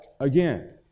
again